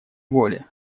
воле